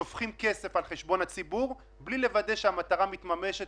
שופכים כסף על חשבון הציבור בלי לוודא שהמטרה מתממשת